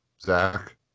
Zach